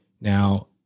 Now